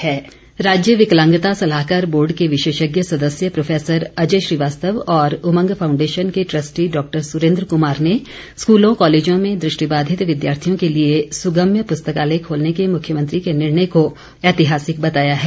श्रीवास्तव राज्य विकलांगता सलाहकार बोर्ड के विशेषज्ञ सदस्य प्रोफेसर अजय श्रीवास्तव और उमंग फांउडेशन के ट्रस्टी डॉक्टर सुरेन्द कुमार ने स्कूलो कॉलेजों में दृष्टिबाधित विद्यार्थियों के लिए सुगम्य पुस्तकालय खोलने के मुख्यमंत्री के निर्णय को ऐतिहासिक बताया है